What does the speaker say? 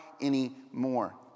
anymore